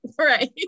right